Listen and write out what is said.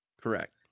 Correct